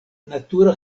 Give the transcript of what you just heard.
natura